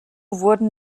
wurden